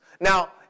Now